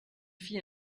fille